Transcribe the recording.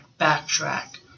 Backtrack